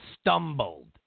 stumbled